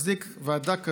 מצדיק ועדה כזאת,